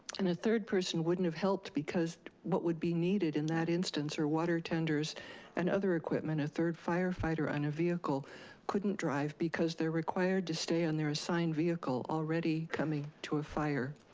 and a third person wouldn't have helped, because what would be needed in that instance are water tenders and other equipment. a third firefighter and a vehicle couldn't drive, because they're required to stay in their assigned vehicle, already coming to a fire.